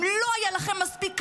אם לא היה לכם מספיק קשה,